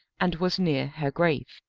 and was near her grave.